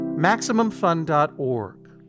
MaximumFun.org